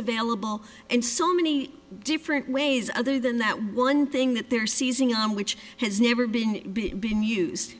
available and so many different ways other than that one thing that they're seizing on which has never been been used